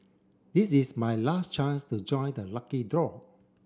this is my last chance to join the lucky draw